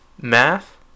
math